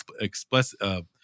explicit